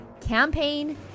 campaign